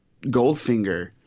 Goldfinger